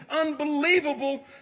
unbelievable